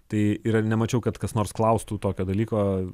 tai ir nemačiau kad kas nors klaustų tokio dalyko